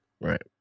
Right